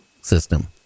system